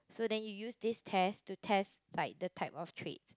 so then you use this test to test like the type of trait